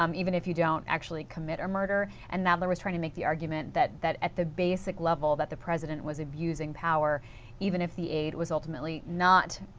um even if you don't actually commit a murder. and nadler was trying to make the argument that that at the basic level, the president was abusing power even if the aide was ultimately not